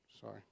sorry